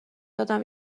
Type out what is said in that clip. دادم